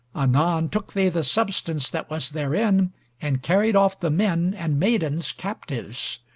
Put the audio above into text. anon took they the substance that was therein and carried off the men and maidens captives.